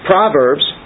Proverbs